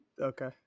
Okay